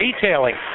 detailing